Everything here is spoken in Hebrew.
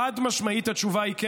חד-משמעית התשובה היא כן.